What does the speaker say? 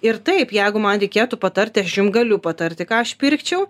ir taip jeigu man reikėtų patarti aš jum galiu patarti ką aš pirkčiau